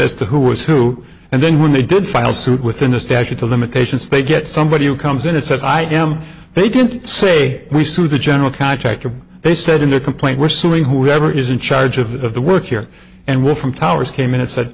as to who was who and then when they did file suit within the statute of limitations they get somebody who comes in and says i am they didn't say we sued the general contractor they said in the complaint we're suing whoever is in charge of the work here and we're from towers came in and said